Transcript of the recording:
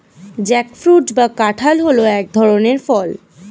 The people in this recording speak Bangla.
জ্যাকফ্রুট বা কাঁঠাল হল এক ধরনের ফল